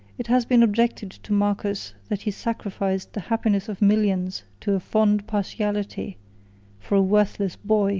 it has been objected to marcus, that he sacrificed the happiness of millions to a fond partiality for a worthless boy